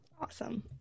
Awesome